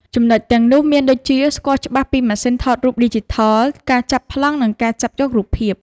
ចំណុចទាំងនោះ មានដូចជា ស្គាល់ច្បាស់ពីម៉ាសុីនថតរូបឌីជីថល ការចាប់ប្លង់ និងការចាប់យករូបភាព។